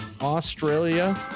Australia